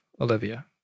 Olivia